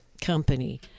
Company